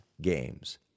Games